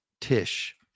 Tish